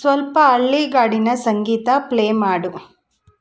ಸ್ವಲ್ಪ ಹಳ್ಳಿಗಾಡಿನ ಸಂಗೀತ ಪ್ಲೇ ಮಾಡು